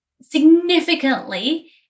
significantly